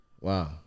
Wow